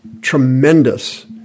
tremendous